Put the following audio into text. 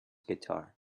guitar